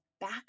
back